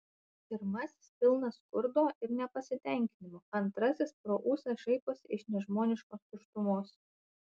pirmasis pilnas skurdo ir nepasitenkinimo antrasis pro ūsą šaiposi iš nežmoniškos tuštumos